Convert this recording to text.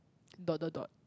dot dot dot